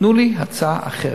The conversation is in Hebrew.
תנו לי הצעה אחרת,